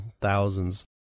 thousands